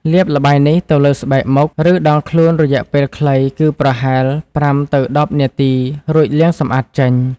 លាបល្បាយនេះទៅលើស្បែកមុខ ឬដងខ្លួនរយៈពេលខ្លី គឺប្រហែល ៥ ទៅ ១០ នាទី រួចលាងសម្អាតចេញ។